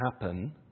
happen